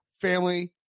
family